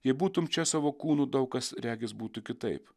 jei būtum čia savo kūnu daug kas regis būtų kitaip